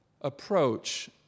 approach